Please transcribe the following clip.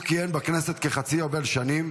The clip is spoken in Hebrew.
הוא כיהן בכנסת כחצי יובל שנים,